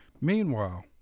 Meanwhile